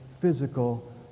physical